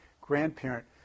grandparent